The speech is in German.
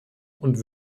und